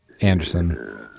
anderson